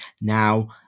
Now